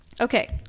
okay